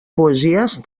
poesies